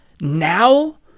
now